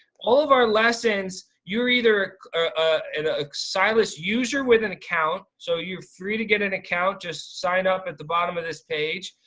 all of our lessons, you're either ah a silas user with an account, so you're free to get an account, just sign up at the bottom of this page.